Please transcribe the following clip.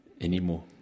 anymore